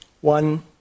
One